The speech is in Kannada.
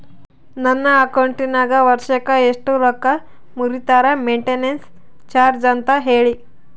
ನನ್ನ ಅಕೌಂಟಿನಾಗ ವರ್ಷಕ್ಕ ಎಷ್ಟು ರೊಕ್ಕ ಮುರಿತಾರ ಮೆಂಟೇನೆನ್ಸ್ ಚಾರ್ಜ್ ಅಂತ ಹೇಳಿ?